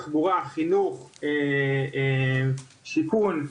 אם זה בתחבורה ואם זה בחינוך ואם זה בשיכון.